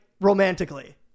romantically